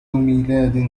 ميلاد